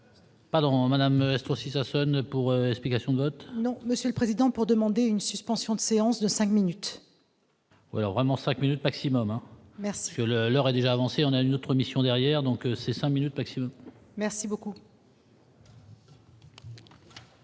Pardon Madame espoir si ça sonne pour explications de vote. Non, Monsieur le Président pour demander une suspension de séance de 5 minutes. Oui vraiment 5 minutes maximum, merci, je le leur ai déjà avancé, on a notre mission derrière, donc c'est 5 minutes maximum. Merci beaucoup. Et